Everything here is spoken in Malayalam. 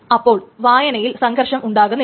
അപ്പോൾ വായനയിൽ സംഘർഷം ഉണ്ടാകുന്നില്ല